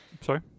Sorry